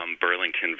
Burlington